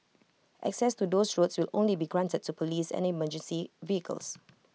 access to those roads will only be granted to Police and emergency vehicles